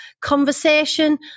conversation